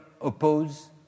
oppose